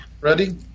Ready